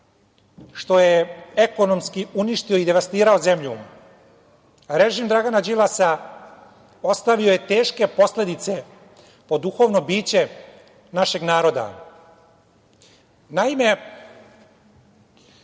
što je ekonomski uništio i devastirao zemlju, režim Dragana Đilasa ostavio je teške posledice po duhovno biće našeg naroda. Naime,